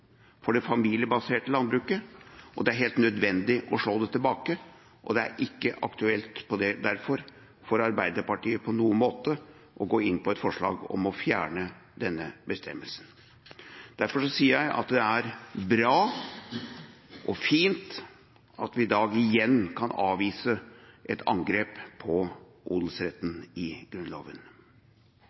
for hele strukturen, for det familiebaserte landbruket, og det er helt nødvendig å slå det tilbake. Det er derfor ikke aktuelt for Arbeiderpartiet på noen måte å gå inn for et forslag om å fjerne denne bestemmelsen. Derfor sier jeg at det er bra og fint at vi i dag igjen kan avvise et angrep på odelsretten i Grunnloven.